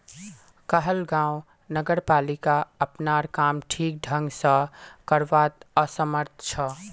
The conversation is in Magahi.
कहलगांव नगरपालिका अपनार काम ठीक ढंग स करवात असमर्थ छ